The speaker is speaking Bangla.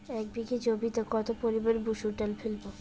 এক বিঘে জমিতে কত পরিমান মুসুর ডাল ফেলবো?